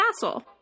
castle